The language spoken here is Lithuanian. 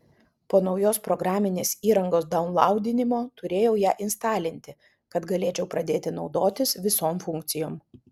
po naujos programinės įrangos daunlaudinimo turėjau ją instalinti kad galėčiau pradėti naudotis visom funkcijom